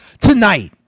tonight